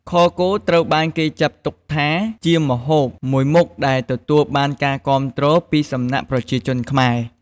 ខគោត្រូវបានគេចាត់ទុកថាជាម្ហូបមួយមុខដែលទទួលបានការគាំទ្រពីសំណាក់ប្រជាជនខ្មែរ។